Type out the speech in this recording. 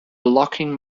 blocking